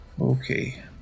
Okay